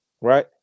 Right